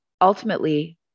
ultimately